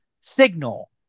signal